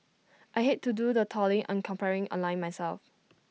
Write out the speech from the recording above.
I hate to do the trawling and comparing online myself